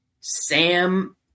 Sam